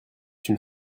une